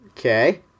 okay